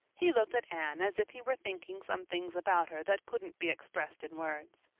he looked at anne as if he were thinking some things about her that couldn't be expressed in words.